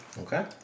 Okay